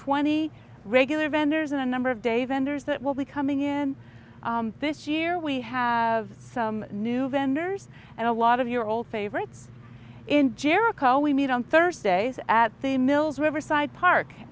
twenty regular vendors and a number of day vendors that will be coming in this year we have some new vendors and a lot of your old favorites in jericho we meet on thursdays at the mills riverside park